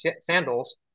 sandals